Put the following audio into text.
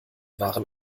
waren